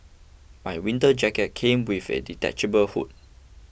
my winter jacket came with a detachable hood